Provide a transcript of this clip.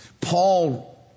Paul